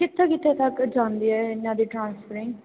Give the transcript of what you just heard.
ਕਿੱਥੇ ਕਿੱਥੇ ਤੱਕ ਜਾਂਦੇ ਆ ਇਹਨਾਂ ਦੇ ਟਰਾਂਸਫਰਿੰਗ